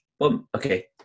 okay